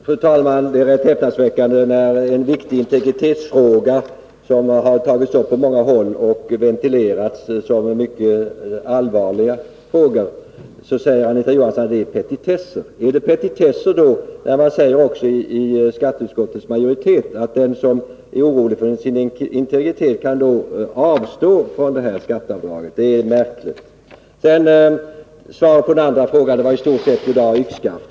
Fru talman! Det är häpnadsväckande att Anita Johansson i en integritetsfråga, som har behandlats och ventilerats på många håll och ansetts som mycket allvarlig, säger att det rör sig om petitesser. Är det då också en petitess när skatteutskottets majoritet säger att den som är orolig för sin integritet kan avstå från detta skatteavdrag? Det är märkligt. Svaret på min andra fråga var i stort sett goddag yxskaft.